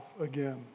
again